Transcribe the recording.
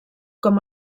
com